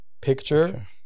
Picture